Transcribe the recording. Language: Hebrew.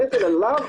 הנטל עליו